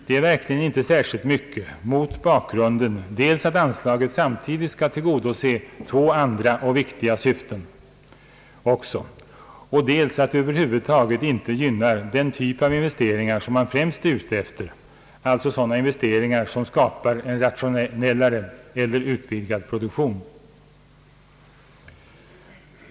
Det är verkligen inte särskilt mycket mot bakgrunden dels av att anslaget samtidigt skall tillgodose två andra syften också, dels att det över huvud taget inte gynnar den typ av investeringar, som man främst är ute efter, alltså sådana som skapar rationellare eller utvidgad produktion.